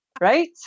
Right